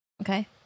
Okay